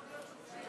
אדוני